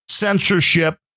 Censorship